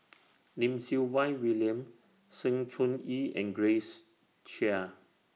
Lim Siew Wai William Sng Choon Yee and Grace Chia